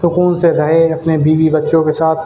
سکون سے رہے اپنے بیوی بچوں کے ساتھ